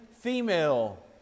female